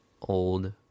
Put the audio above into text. old